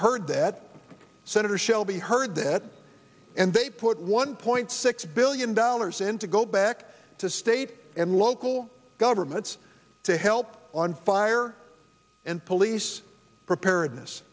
heard that senator shelby heard that and they put one point six billion dollars in to go back to state and local governments to help on fire and police preparedness